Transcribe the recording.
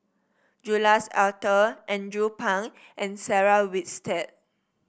Jules Itier Andrew Phang and Sarah Winstedt